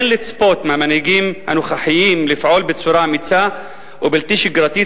אין לצפות מהמנהיגים הנוכחיים לפעול בצורה אמיצה ובלתי שגרתית